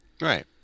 Right